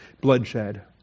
bloodshed